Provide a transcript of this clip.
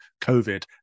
COVID